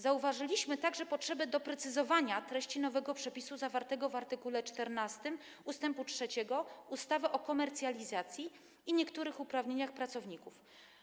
Zauważyliśmy także potrzebę doprecyzowania treści nowego przepisu zawartego w art. 14 ust. 3 ustawy o komercjalizacji i niektórych uprawnieniach pracowników.